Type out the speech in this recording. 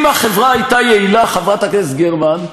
אם החברה הייתה יעילה, חברת הכנסת גרמן,